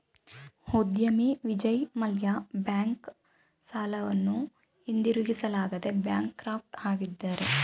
ಉದ್ಯಮಿ ವಿಜಯ್ ಮಲ್ಯ ಬ್ಯಾಂಕ್ ಸಾಲವನ್ನು ಹಿಂದಿರುಗಿಸಲಾಗದೆ ಬ್ಯಾಂಕ್ ಕ್ರಾಫ್ಟ್ ಆಗಿದ್ದಾರೆ